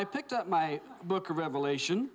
i picked up my book of revelation